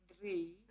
three